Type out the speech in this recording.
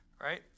right